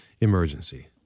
emergency